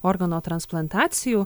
organo transplantacijų